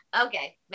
okay